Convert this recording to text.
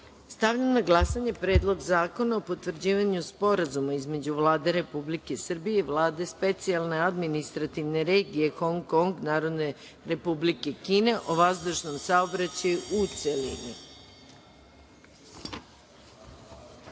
na glasanje Predlog zakona o potvrđivanju Sporazuma između Vlade Republike Srbije i Vlade Specijalne administrativne regije Hong Kong Narodne Republike Kine o vazdušnom saobraćaju, u